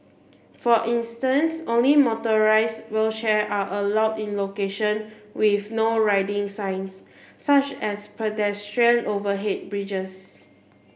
for instance only motorised wheelchair are allowed in location with No Riding signs such as pedestrian overhead bridges